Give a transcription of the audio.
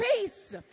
peace